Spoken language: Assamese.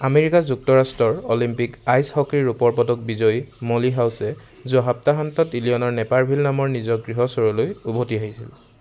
আমেৰিকা যুক্তৰাষ্ট্ৰৰ অলিম্পিক আইচ হকীৰ ৰূপৰ পদক বিজয়ী মলি হাউছে যোৱা সপ্তাহান্তত ইলিনয়ৰ নেপাৰভিল নামৰ নিজৰ গৃহ চহৰলৈ উভতি আহিছিল